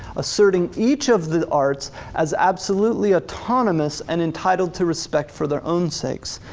asserting each of the arts as absolutely autonomous and entitled to respect for their own sakes,